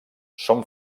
són